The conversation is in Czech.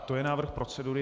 To je návrh procedury.